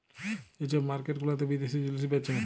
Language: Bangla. যে ছব মার্কেট গুলাতে বিদ্যাশি জিলিস বেঁচে